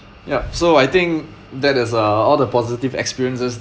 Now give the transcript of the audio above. yup so I think that is uh all the positive experiences